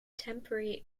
temporary